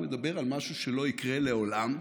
הוא מדבר על משהו שלא יקרה לעולם,